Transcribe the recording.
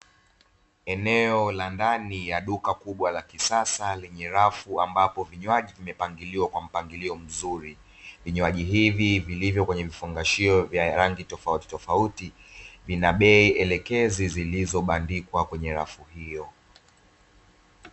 Eneo la ndani ya duka kubwa la kisasa lenye rafu ambapo vinywaji vimepangiliwa kwa mpangilio mzuri, vinywaji hivi vilivyo kwenye vifungashio vya rangi tofautitofauti, vina bei elekezi zilizo bandikwa kwenye rafu hiyo.